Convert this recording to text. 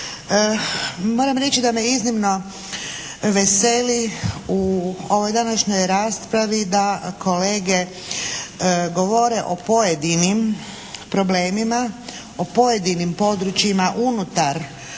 Moram reći da me iznimno veseli u ovoj današnjoj raspravi da kolege govore o pojedinim problemima, o pojedinim područjima unutar ove